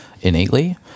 innately